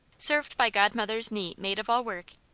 served by godmother's neat maid-of-all-work,